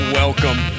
welcome